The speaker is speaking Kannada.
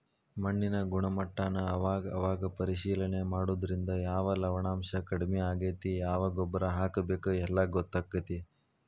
ಮಣ್ಣಿನ ಗುಣಮಟ್ಟಾನ ಅವಾಗ ಅವಾಗ ಪರೇಶಿಲನೆ ಮಾಡುದ್ರಿಂದ ಯಾವ ಲವಣಾಂಶಾ ಕಡಮಿ ಆಗೆತಿ ಯಾವ ಗೊಬ್ಬರಾ ಹಾಕಬೇಕ ಎಲ್ಲಾ ಗೊತ್ತಕ್ಕತಿ